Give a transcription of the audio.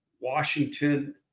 Washington